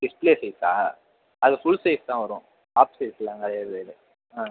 display சைஸ்ஸா அது full size தான் வரும் ஆஃப் சைஸெலாம் கிடையாது ஆ